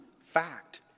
fact